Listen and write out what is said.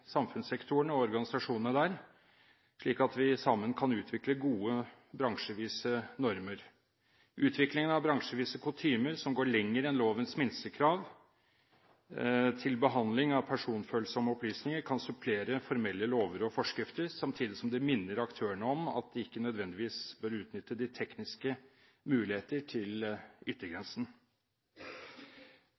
samfunnssektorene og organisasjonene der, slik at vi sammen kan utvikle gode, bransjevise normer. Utviklingen av bransjevise kutymer som går lenger enn lovens minstekrav til behandling av personfølsomme opplysninger, kan supplere formelle lover og forskrifter, samtidig som det minner aktørene på at de ikke nødvendigvis bør utnytte de tekniske muligheter til